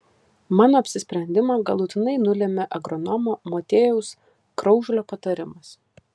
mano apsisprendimą galutinai nulėmė agronomo motiejaus kraužlio patarimas